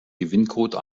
gewinncode